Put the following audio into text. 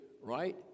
Right